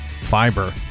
fiber